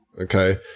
okay